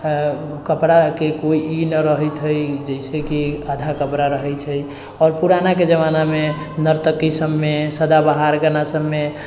कपड़ाके कोइ ई नहि रहैत हइ जइसेकि आधा कपड़ा रहै छै आओर पुरानाके जमानामे नर्तकी सबमे सदाबहार गाना सबमे